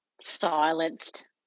silenced